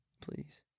Please